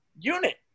unit